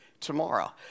tomorrow